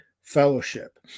fellowship